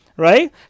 Right